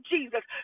Jesus